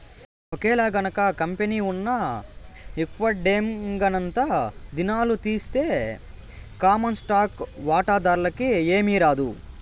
ఒకేలగనక కంపెనీ ఉన్న విక్వడేంగనంతా దినాలు తీస్తె కామన్ స్టాకు వాటాదార్లకి ఏమీరాదు